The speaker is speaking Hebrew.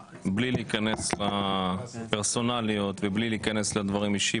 להיכנס לפרסונליות ובלי להיכנס לדברים אישיים,